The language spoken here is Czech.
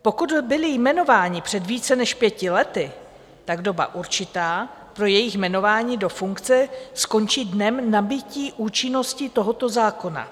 Pokud byli jmenováni před více než pěti lety, doba určitá pro jejich jmenování do funkce skončí dnem nabytí účinnosti tohoto zákona.